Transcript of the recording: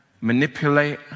manipulate